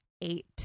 eight